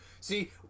See